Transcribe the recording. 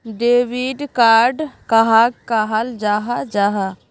Debit card कहाक कहाल जाहा जाहा?